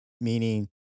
meaning